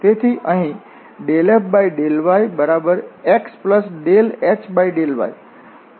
તેથી અહીં ∂f∂yx∂h∂y